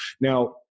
Now